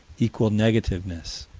equal negativeness.